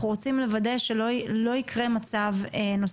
רוצים לוודא שלא יחזור על עצמו המצב הזה.